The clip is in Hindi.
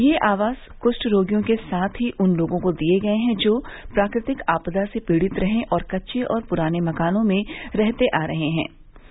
ये आवास कृष्ठ रोगियों के साथ ही उन लोगों को दिये गये है जो प्राकृतिक आपदा से पीड़ित रहे और कच्चे और पुराने मकानों में रहते आ रहे थे